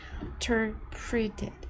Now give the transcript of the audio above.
interpreted